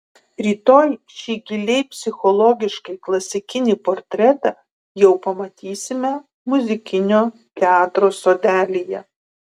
rytoj šį giliai psichologiškai klasikinį portretą jau pamatysime muzikinio teatro sodelyje